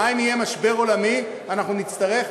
מה אם יהיה משבר עולמי ואנחנו נצטרך?